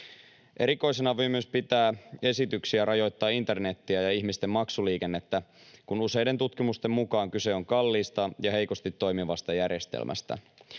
Erikoisena voi pitää myös esityksiä rajoittaa internetiä ja ihmisten maksuliikennettä, kun useiden tutkimusten mukaan kyse on kalliista ja heikosti toimivasta järjestelmästä.